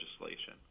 legislation